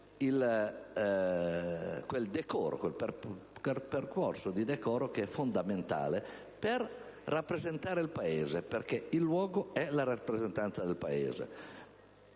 quel decoro che è fondamentale per rappresentare il Paese, perché il Parlamento è la rappresentanza del Paese.